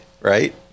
right